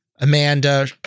Amanda